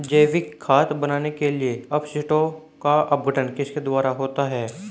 जैविक खाद बनाने के लिए अपशिष्टों का अपघटन किसके द्वारा होता है?